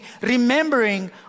remembering